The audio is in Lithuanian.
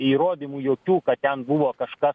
įrodymų jokių kad ten buvo kažkas